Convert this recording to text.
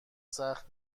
سخت